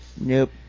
Nope